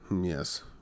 Yes